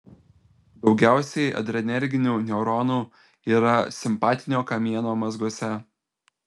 daugiausiai adrenerginių neuronų yra simpatinio kamieno mazguose